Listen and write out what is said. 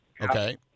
Okay